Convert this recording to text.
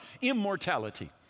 immortality